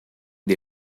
the